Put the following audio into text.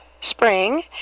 spring